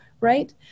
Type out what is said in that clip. right